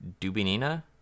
Dubinina